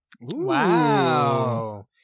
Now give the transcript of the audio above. Wow